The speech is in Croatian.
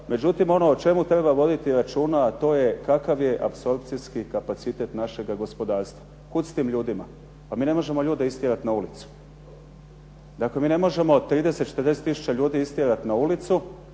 Međutim, ono o čemu treba voditi računa a to je kakav je apsorpcijski kapacitet našega gospodarstva. Kud s tim ljudima? Pa mi ne možemo ljude istjerat na ulicu. Dakle, mi ne možemo 30, 40 tisuća ljudi istjerat na ulicu